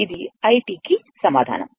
ఇది i కి సమాధానం